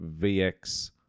VX